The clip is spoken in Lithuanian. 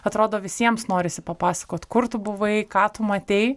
atrodo visiems norisi papasakot kur tu buvai ką tu matei